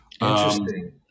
Interesting